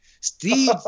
Steve